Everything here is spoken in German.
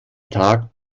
tag